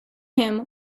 him